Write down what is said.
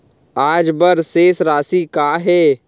आज बर शेष राशि का हे?